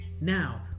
Now